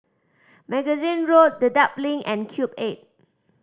Magazine Road Dedap Link and Cube Eight